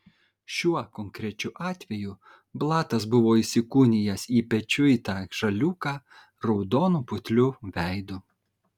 šiuo konkrečiu atveju blatas buvo įsikūnijęs į pečiuitą žaliūką raudonu putliu veidu